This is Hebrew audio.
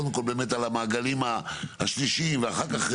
קודם כל באמת על המעגלים השלישיים ואחר כך,